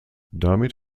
damit